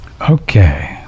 Okay